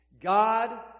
God